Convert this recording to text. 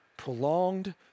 Prolonged